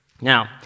Now